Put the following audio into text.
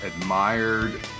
admired